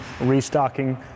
restocking